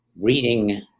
reading